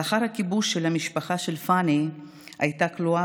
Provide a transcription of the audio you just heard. לאחר הכיבוש המשפחה של פאני הייתה כלואה